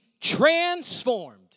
transformed